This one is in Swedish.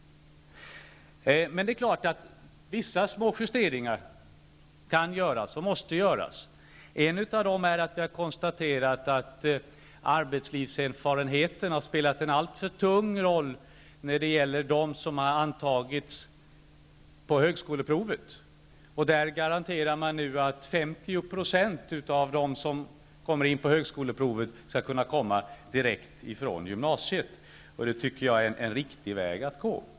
Det är klart att vissa små justeringar kan göras och måste göras. En utav orsakerna är att vi har konstaterat att arbetslivserfarenheten har spelat en alltför tung roll när det gäller dem som har antagits genom högskoleprovet. Där garanterar man nu att 50 % av dem som kommer in genom högskoleprovet skall kunna komma direkt från gymnasiet, och det tycker jag är en riktig väg att gå.